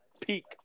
peak